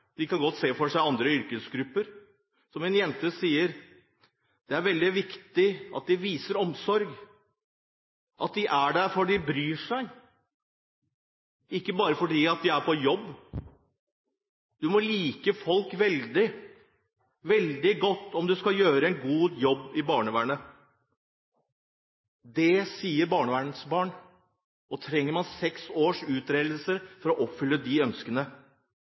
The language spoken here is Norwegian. de godt kan se for seg andre yrkesgrupper i barnevernet. Som en jente sier: Det er veldig viktig at de viser omsorg, at de er der fordi de bryr seg – ikke bare fordi de er på jobb. Du må like folk veldig, veldig godt om du skal gjøre en god jobb i barnevernet. Det sier et barnevernsbarn. Og trenger man seks års utredning for å oppfylle de ønskene?